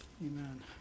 Amen